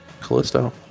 callisto